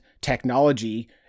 technology